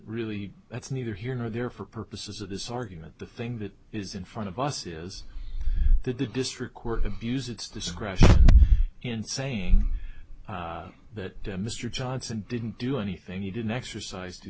really that's neither here nor there for purposes of this argument the thing that is in front of us is that the district court abused its discretion in saying that to mr johnson didn't do anything he didn't exercise d